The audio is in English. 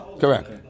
correct